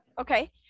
Okay